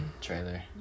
trailer